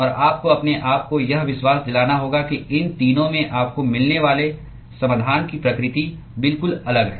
और आपको अपने आप को यह विश्वास दिलाना होगा कि इन तीनों में आपको मिलने वाले समाधान की प्रकृति बिल्कुल अलग है